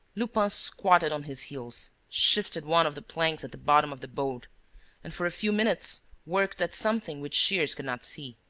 lupin squatted on his heels, shifted one of the planks at the bottom of the boat and, for a few minutes, worked at something which shears could not see.